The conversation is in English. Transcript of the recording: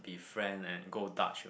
friend and go dutch